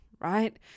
right